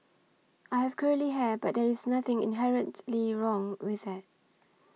I have curly hair but there is nothing inherently wrong with it